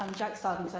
jack sargeant,